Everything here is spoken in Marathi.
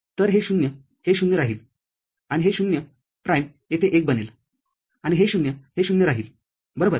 तर हे ० हे ० राहीलआणि हे ० प्राईम येथे १ बनेलआणि हे ० हे ० राहीलबरोबर